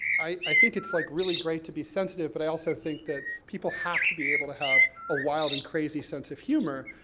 i, i think it's like really great to be sensitive, but i also think that people have to be able to have a wild and crazy sense of humor,